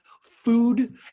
food